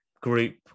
group